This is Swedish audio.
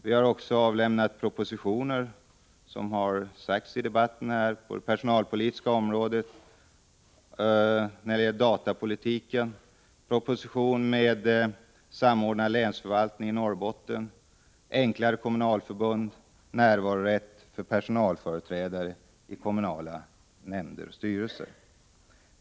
Vi har också avlämnat flera viktiga propositioner när det gäller statens personalpolitik, datapolitiken, försök med ny länsförvaltning i Norrbottens län, förslag om enklare regler för kommunalförbund och förslag om närvarorätt — men ej beslutanderätt — för personalföreträdare i kommunala nämnder och styrelser.